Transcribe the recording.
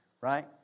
Right